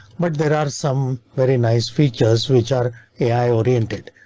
but there are some very nice features which are ai oriented.